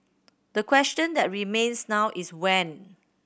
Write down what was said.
the question that remains now is when